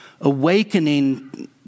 awakening